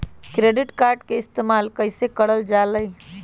Credit card के इस्तेमाल कईसे करल जा लई?